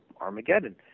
Armageddon